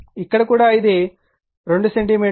ఇక్కడ కూడా ఇది 2 సెంటీమీటర్